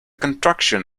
contruction